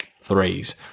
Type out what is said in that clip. threes